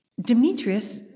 Demetrius